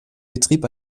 betrieb